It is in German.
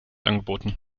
angeboten